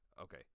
Okay